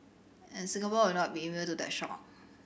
and Singapore will not be immune to that shock